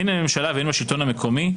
הן בממשלה והן בשלטון המקומי,